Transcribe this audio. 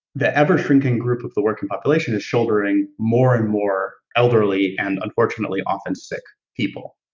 the ever shrinking group of the working population is shouldering more and more elderly and unfortunately often sick people.